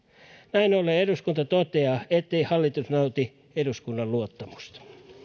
näin ollen eduskunta toteaa ettei hallitus nauti eduskunnan luottamusta